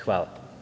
Hvala.